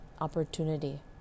opportunity